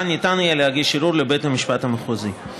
ניתן יהיה להגיש ערעור לבית המשפט המחוזי.